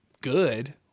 good